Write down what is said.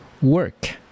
work